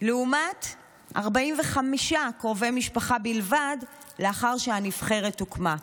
לעומת 45 קרובי משפחה בלבד לאחר שהנבחרת הוקמה,